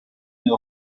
une